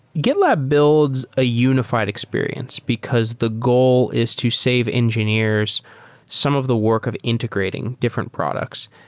gitlab builds a unifi ed experience, because the goal is to save engineers some of the work of integrating different products.